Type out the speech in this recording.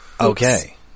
Okay